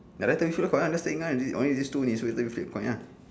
ya lah to issue to connect the signal only these two is whether flip coin ah